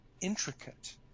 intricate